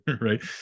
Right